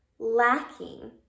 Lacking